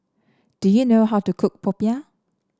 do you know how to cook Popiah